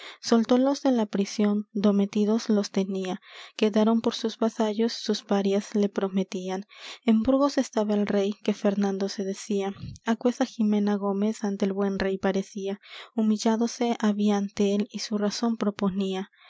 soltólos de la prisión do metidos los tenía quedaron por sus vasallos sus parias le prometían en burgos estaba el rey que fernando se decía aquesa jimena gómez ante el buen rey parecía humilládose había antél y su razón proponía